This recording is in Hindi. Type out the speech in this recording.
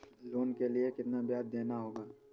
लोन के लिए कितना ब्याज देना होगा?